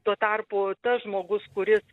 tuo tarpu tas žmogus kuris